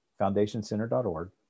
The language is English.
foundationcenter.org